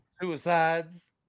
suicides